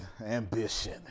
ambition